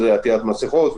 אם זה עטיית מסיכות,